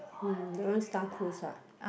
hmm don't want Star Cruise ah